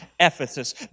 Ephesus